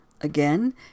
Again